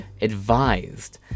advised